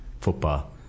Football